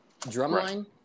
drumline